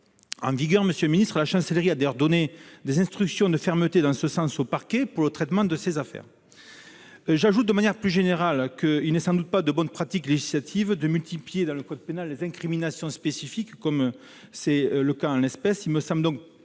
en vigueur, monsieur le secrétaire d'État. La chancellerie a d'ailleurs donné au parquet des instructions de fermeté pour le traitement de ces affaires. J'ajoute que, de manière plus générale, il n'est sans doute pas de bonne pratique législative de multiplier dans le code pénal les incriminations spécifiques, comme c'est le cas en l'espèce.